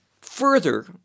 further